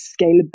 scalability